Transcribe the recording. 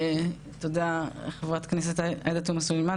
תודה לחברת הכנסת תומא סולימאן,